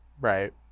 Right